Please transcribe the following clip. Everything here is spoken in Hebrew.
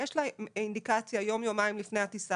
יש לה אינדיקציה יום-יומיים לפני הטיסה